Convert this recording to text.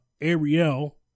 Ariel